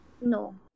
No